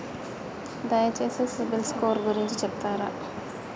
దయచేసి CIBIL score గురించి చెప్తరా?